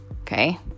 okay